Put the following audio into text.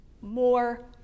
more